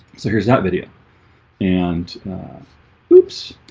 so here's that video and oops,